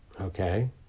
Okay